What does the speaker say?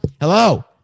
Hello